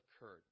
occurred